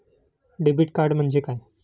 Debit card म्हणजे काय?